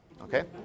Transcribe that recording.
Okay